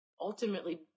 ultimately